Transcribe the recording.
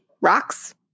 rocks